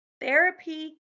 therapy